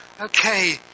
Okay